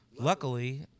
Luckily